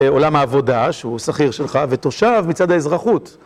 עולם העבודה, שהוא שכיר שלך, ותושב מצד האזרחות.